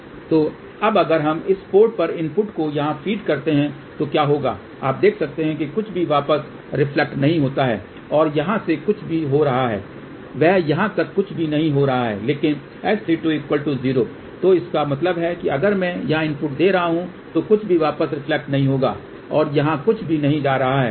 तो अब अगर हम इस पोर्ट पर इनपुट को यहाँ फीड करते हैं तो क्या होगा आप देख सकते हैं कि कुछ भी वापस रिफ्लेक्टेड नहीं होता है और यहाँ से जो कुछ हो रहा है वह यहाँ तक कुछ भी नहीं हो रहा है क्योंकि S32 0 तो इसका मतलब है अगर मैं यहां इनपुट दे रहा हूँ तो कुछ भी वापस रिफ्लेक्टेड नहीं होगा और यहां कुछ भी नहीं जा रहा है